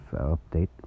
update